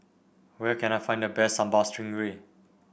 where can I find the best Sambal Stingray